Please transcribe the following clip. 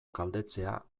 galdetzea